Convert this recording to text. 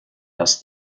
das